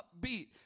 upbeat